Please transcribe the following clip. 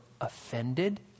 offended